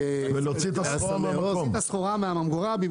להוציא את הסחורה מהממגורה.